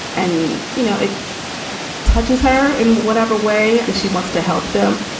and, you know, it touches her in whatever way that she wants to help them.